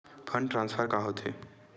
Fund transfer का होथे?